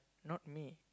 not me